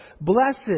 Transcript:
blessed